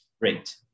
Great